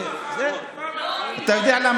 תרימו